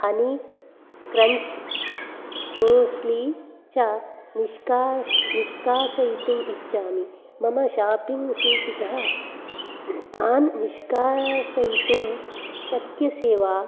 हणी crunch muesli च निष्काश् निष्कासयितुम् इच्छामि मम शापिङ् सूचीतः तान् निष्कासयितुं शक्यसे वा